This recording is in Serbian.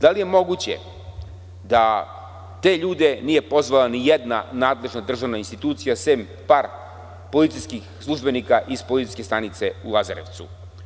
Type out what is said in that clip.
Da li je moguće da te ljude nije pozvala nijedna nadležna državna institucija sem par policijskih službenika iz policijske stanice u Lazarevcu?